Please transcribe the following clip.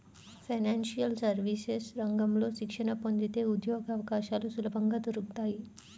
financial services రంగంలో శిక్షణ పొందితే ఉద్యోగవకాశాలు సులభంగా దొరుకుతాయి